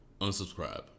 unsubscribe